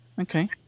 okay